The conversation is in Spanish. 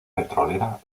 petrolera